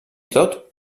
tot